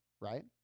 right